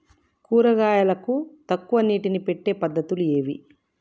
కూరగాయలకు తక్కువ నీటిని పెట్టే పద్దతులు ఏవి?